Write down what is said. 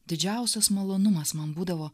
didžiausias malonumas man būdavo